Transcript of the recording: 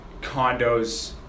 condos